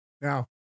Now